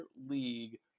league